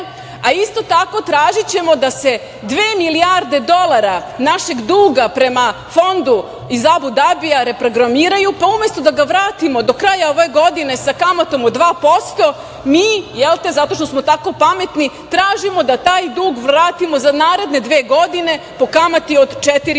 a isto tako tražićemo da se dve milijarde dolara našeg duga prema Fondu iz Abu Dabija reprogramiraju, pa umesto da ga vratimo do kraja ove godine sa kamatom od 2% mi, jel te, zato što smo tako pametni, tražimo da taj dug vratimo za naredne dve godine po kamati od